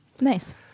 Nice